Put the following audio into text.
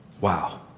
Wow